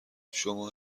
شما